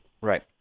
Right